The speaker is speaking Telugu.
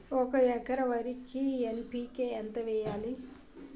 ఒక ఎకర వరికి ఎన్.పి.కే ఎంత వేయాలి?